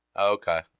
Okay